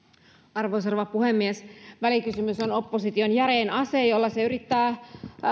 arvoisa rouva puhemies välikysymys on opposition järein ase jolla se yrittää